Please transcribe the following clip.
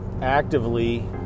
actively